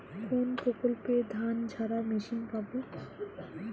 কোনপ্রকল্পে ধানঝাড়া মেশিন পাব?